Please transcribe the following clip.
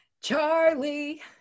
charlie